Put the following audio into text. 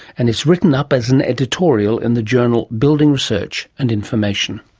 and it's written up as an editorial in the journal building research and information.